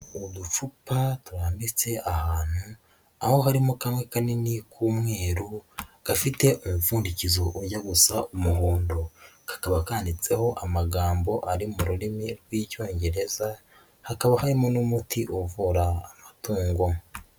Udupfupa turambitse ahantu, aho harimo kamwe kanini k'umweru, gafite umupfundikizo ujya gusa umuhondo. Kakaba kanditseho amagambo ari mu rurimi rw'Icyongereza, hakaba harimo n'umuti uvura amatungo.